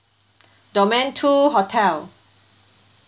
domain two hotel